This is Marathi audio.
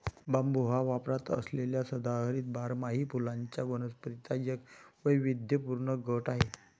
बांबू हा वापरात असलेल्या सदाहरित बारमाही फुलांच्या वनस्पतींचा एक वैविध्यपूर्ण गट आहे